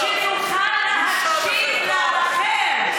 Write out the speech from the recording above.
שתוכל להקשיב לאחר,